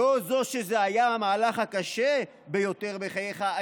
לא זו שזה היה המהלך הקשה ביותר בחייך,